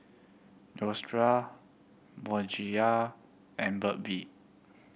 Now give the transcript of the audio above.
Neostrata Bonjela and Burt Bee